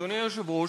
אדוני היושב-ראש,